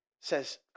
says